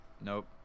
nope